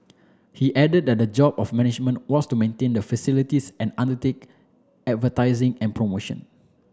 he added that the job of the management was to maintain the facilities and undertake advertising and promotion